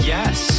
Yes